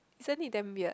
isn't it damn weird